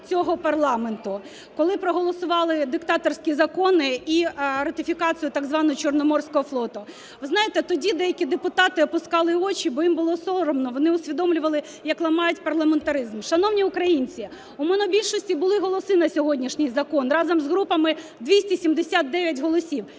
цього парламенту, коли проголосували "диктаторські закони" і ратифікацію так звану Чорноморського флоту. Ви знаєте, тоді деякі депутати опускали очі, бо їм було соромно, вони усвідомлювали, як ламають парламентаризм. Шановні українці, у монобільшості були голоси на сьогоднішній закон, разом з групами – 279 голосів,